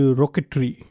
rocketry